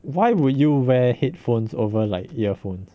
why would you wear headphones over like earphones